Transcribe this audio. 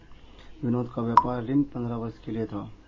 विनोद का व्यापार ऋण पंद्रह वर्ष के लिए था